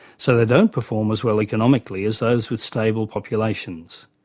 so they don't perform as well economically as those with stable populations.